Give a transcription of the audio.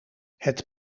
het